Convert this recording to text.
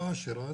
לא העשירה,